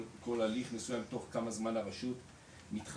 כל הליך מסויים תוך כמה זמן הרשות מתחייבת